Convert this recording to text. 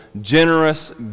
generous